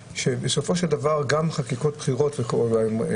שבסופו של דבר גם חקיקות בעניין הבחירות,